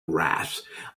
rasp